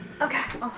Okay